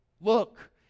look